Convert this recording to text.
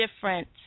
different